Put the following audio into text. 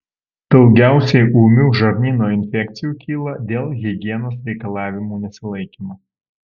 daugiausiai ūmių žarnyno infekcijų kyla dėl higienos reikalavimų nesilaikymo